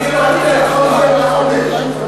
בחודש.